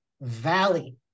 valley